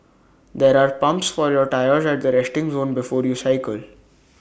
there are pumps for your tyres at the resting zone before you cycle